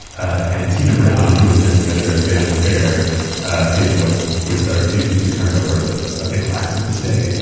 ah and tina brown, who was then the editor of vanity fair in what would start a feud between her and oprah that i think last to this day,